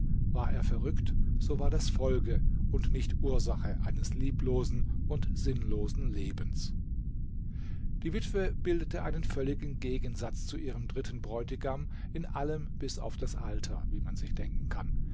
war er verrückt so war das folge und nicht ursache eines lieblosen und sinnlosen lebens die witwe bildete einen völligen gegensatz zu ihrem dritten bräutigam in allem bis auf das alter wie man sich denken kann